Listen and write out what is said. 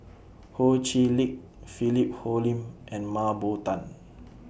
Ho Chee Lick Philip Hoalim and Mah Bow Tan